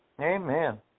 Amen